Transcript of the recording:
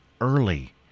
early